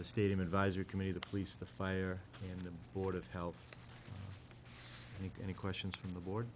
the stadium advisor committee the police the fire the board of health any questions from the board